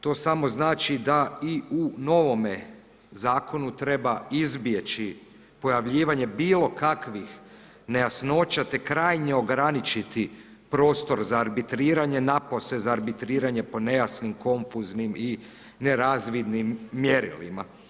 To samo znači da i u novome zakonu treba izbjeći pojavljivanje bilo kakvih nejasnoća te krajnje ograničiti prostor za arbitriranje napose za arbitriranje po nejasnim, konfuznim i nerazvidnim mjerilima.